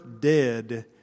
dead